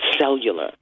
cellular